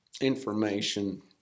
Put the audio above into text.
information